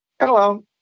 Hello